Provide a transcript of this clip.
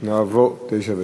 תשע ושש.